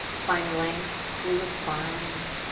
find length through the spine.